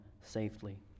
safely